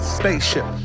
spaceship